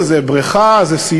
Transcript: יציאות החוצה זה בריכה, זה סיור.